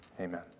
Amen